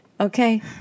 Okay